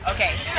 Okay